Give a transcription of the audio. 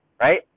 right